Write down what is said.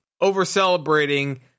over-celebrating